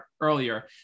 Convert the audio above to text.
earlier